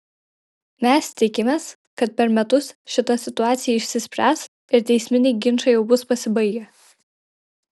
mes tikimės kad per metus šita situacija išsispręs ir teisminiai ginčai jau bus pasibaigę